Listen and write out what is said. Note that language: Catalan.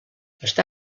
està